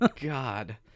God